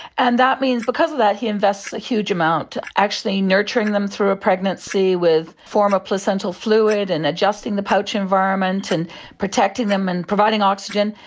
and that means because of that he invests a huge amount actually nurturing them through a pregnancy with former placental fluid and adjusting the pouch environment and protecting them and providing oxygen.